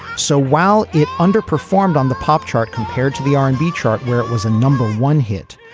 so while it underperformed on the pop chart compared to the r and b chart where it was a number one hit,